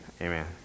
Amen